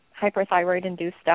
hyperthyroid-induced